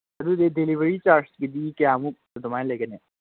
ꯑꯗꯨꯗꯤ ꯗꯤꯂꯤꯕꯔꯤ ꯆꯥꯔꯖꯀꯤꯗꯤ ꯀꯌꯥꯃꯨꯛ ꯑꯗꯨꯃꯥꯏꯅ ꯂꯩꯒꯅꯤ